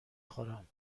خورم